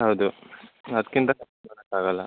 ಹೌದು ಅದಕ್ಕಿಂತ ಕಮ್ಮಿ ಕೊಡೋಕ್ಕಾಗಲ್ಲ